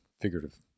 figurative